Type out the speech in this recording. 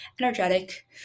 energetic